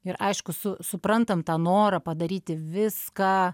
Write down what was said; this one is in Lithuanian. ir aišku su suprantam tą norą padaryti viską